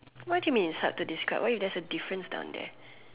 what do you mean it's hard to describe what if there's a difference down there